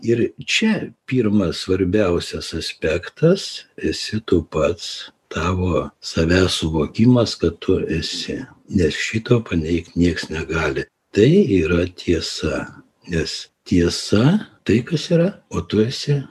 ir čia pirmas svarbiausias aspektas esi tu pats tavo savęs suvokimas kad tu esi nes šito paneigt nieks negali tai yra tiesa nes tiesa tai kas yra o tu esi